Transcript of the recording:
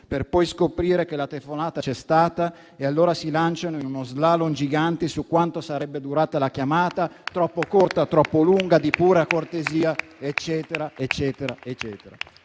per poi scoprire che la telefonata c'è stata, e allora si lanciano in uno *slalom* gigante su quanto sarebbe durata la chiamata: troppo corta, troppo lunga, di pura cortesia e così via.